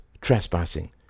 trespassing